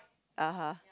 ah uh